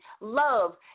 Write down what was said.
love